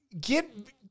Get